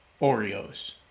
Oreos